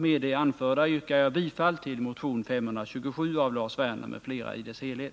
Med det anförda yrkar jag bifall till motion 527 av Lars Werner m.fl. i dess helhet.